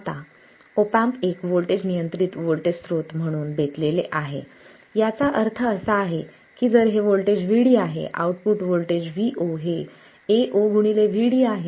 आता op amp एक voltage नियंत्रित व्होल्टेज स्रोत म्हणून बेतलेले आहे याचा अर्थ असा की जर हे वोल्टेज Vd आहे आउटपुट होल्टेज Vo हे Ao Vd आहे